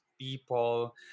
people